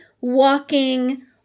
walking